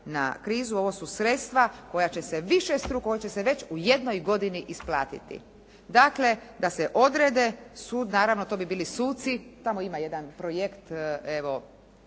na krizu. Ovo su sredstva koja će se višestruko, koje će se već u jednoj godini isplatiti. Dakle, da se odrede sud, naravno to bi bili suci. Tamo ima jedan projekt, evo